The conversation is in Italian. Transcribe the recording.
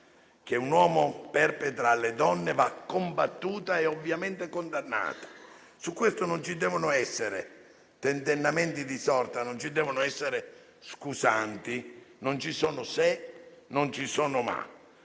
che un uomo perpetra alle donne vanno combattuti e ovviamente condannati. Su questo non ci devono essere tentennamenti di sorta, non ci devono essere scusanti, non ci sono se, non ci sono ma.